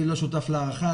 אני לא שותף להערכה.